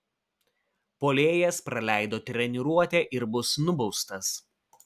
puolėjas praleido treniruotę ir bus nubaustas